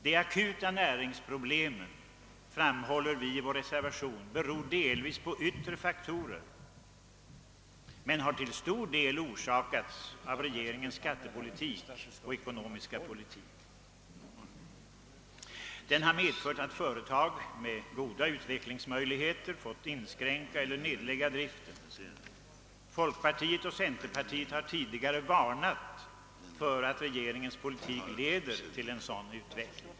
De akuta näringsproblemen, framhåller vi i vår reservation, beror delvis på yttre faktorer men har till stor del orsakats av regeringens skattepolitik och ekonomiska politik. Denna har medfört att företag med goda utvecklingsmöjligheter måste inskränka eller nedlägga driften. Folkpartiet och centerpartiet har tidigare varnat för att regeringens politik leder till en sådan utveckling.